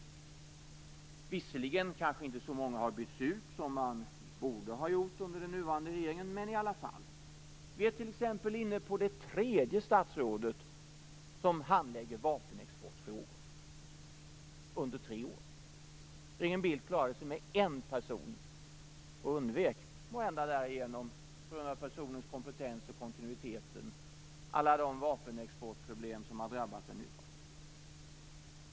Visserligen kanske man inte har bytt ut så många som man borde ha gjort under den nuvarande regeringen, men i alla fall. Vi är t.ex. inne på det tredje statsrådet som handlägger vapenexportfrågor under tre år. Regeringen Bildt klarade sig med en person och undvek måhända därigenom på grund av personens kompetens och på grund av kontinuiteten alla de vapenexportproblem som har drabbat den nuvarande regeringen.